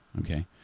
Okay